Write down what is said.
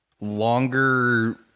longer